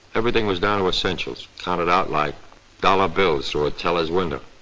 everything was down to essentials, counted out like dollar bills through a teller's window.